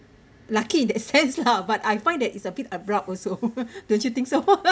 lucky in that sense lah but I find that it's a bit abrupt also don't you think so